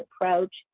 approach